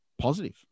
positive